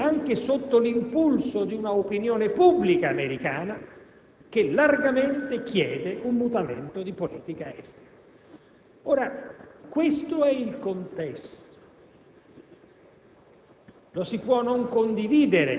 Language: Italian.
che ha cercato nel corso di questi mesi di rimettere in campo l'azione delle Nazioni Unite, come è avvenuto nel Libano, di rilanciare l'idea di un'azione comune dell'Europa e non di una *coalition of the willings*,